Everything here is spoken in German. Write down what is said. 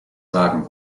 wagen